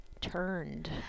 turned